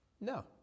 No